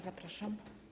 Zapraszam.